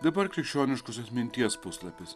dabar krikščioniškosios minties puslapis